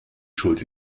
schuld